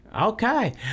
Okay